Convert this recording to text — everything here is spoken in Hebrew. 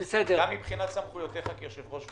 גם מבחינת סמכויותיך כיושב-ראש ועדה.